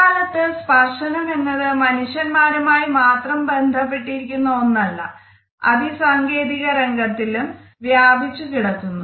ഇക്കാലത്ത് സ്പർശനം എന്നത് മനുഷ്യന്മാരുമായി മാത്രം ബന്ധപ്പെട്ടിരിക്കുന്ന ഒന്നല്ല അതി സാങ്കേതിക രംഗത്തിലേക്കും വ്യാപിച്ച് കിടക്കുന്നു